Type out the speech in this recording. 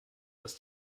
was